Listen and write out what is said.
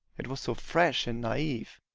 it was so fresh and naive.